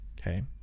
Okay